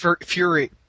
Fury